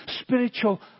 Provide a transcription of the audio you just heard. spiritual